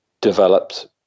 developed